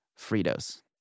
Fritos